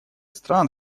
стран